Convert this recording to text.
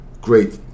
great